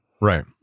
Right